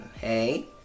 hey